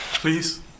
Please